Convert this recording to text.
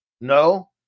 No